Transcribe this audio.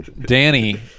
Danny